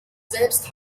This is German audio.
selbst